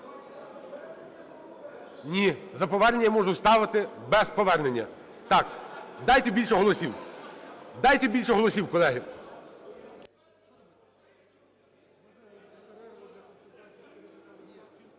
Ні, за повернення можу ставити без повернення. Так, дайте більше голосів. Дайте більше голосів, колеги.